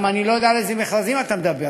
אני גם לא יודע על איזה מכרזים אתה מדבר.